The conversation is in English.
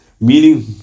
meaning